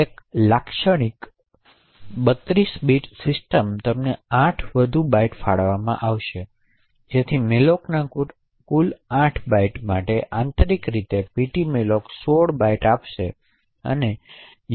તેથી એક લાક્ષણિક 32 બીટ સિસ્ટમ તમને 8 વધુ બાઇટ્સ ફાળવવામાં આવશે જેથી mallocના કુલ 8 બાઇટ્સ માટે આંતરિક રીતે ptmalloc 16 બાઇટ્સ આપશે